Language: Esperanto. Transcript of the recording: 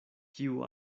kiu